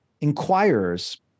inquirers